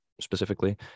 specifically